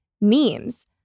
memes